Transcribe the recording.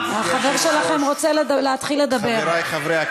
החבר שלכם רוצה להתחיל לדבר.